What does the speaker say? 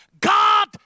God